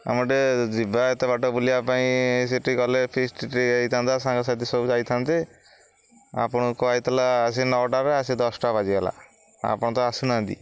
ଆମେ ଟିକେ ଯିବା ଏତେ ବାଟ ବୁଲିବା ପାଇଁ ସେଠି ଗଲେ ଫିଷ୍ଟ ଟିକେ ହେଇଥାନ୍ତା ସାଙ୍ଗସାଥି ସବୁ ଯାଇଥାନ୍ତେ ଆପଣଙ୍କୁ କୁହା ହେଇଥିଲା ଆସିକି ନଅଟାରେ ଆସିକି ଦଶଟା ବାଜିଗଲା ଆପଣ ତ ଆସୁନାହାନ୍ତି